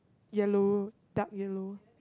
yellow dark yellow